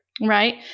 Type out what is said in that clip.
right